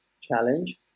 challenge